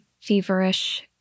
Feverish